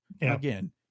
Again